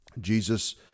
Jesus